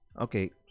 okay